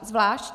Zvlášť?